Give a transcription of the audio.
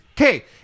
Okay